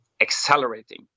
accelerating